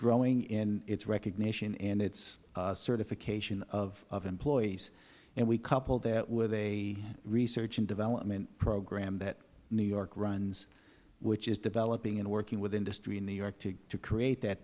growing in its recognition and its certification of employees and we coupled that with a research and development program that new york runs which is developing and working with industry in new york to create that